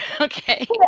okay